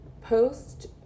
post